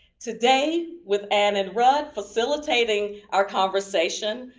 today, with ann and rud facilitating our conversation,